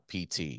PT